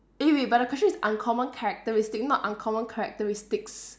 eh wait wait but the question is uncommon characteristic not uncommon characteristics